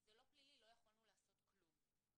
זה לא פלילי, לא יכולנו לעשות כלום.